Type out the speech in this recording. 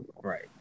Right